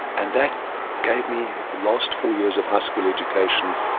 and that gave me the last four years of high school education,